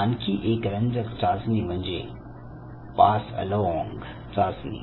आणखी एक रंजक चाचणी म्हणजे पास अलोंग चाचणी